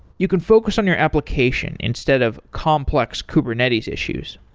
you can focus on your application instead of complex kubernetes issues.